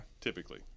typically